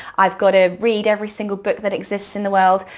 i've got to read every single book that exists in the world.